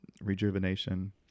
Rejuvenation